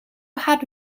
had